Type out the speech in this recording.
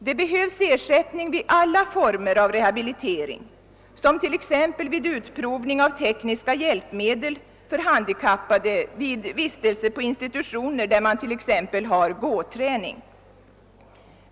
Det behövs ersättning vid alla former av rehabilitering, såsom t.ex. vid utprovning av tekniska hjälpmedel för handikappade vid vistelse på institutioner där man t.ex. har gåträning.